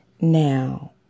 Now